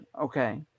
Okay